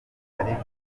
ariko